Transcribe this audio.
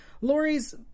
Lori's